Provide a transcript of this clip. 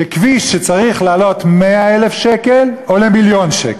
שכביש שצריך לעלות 100,000 שקל עולה מיליון שקל,